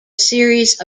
series